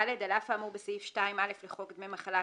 (ד)על אף האמור בסעיף 2(א) לחוק דמי מחלה,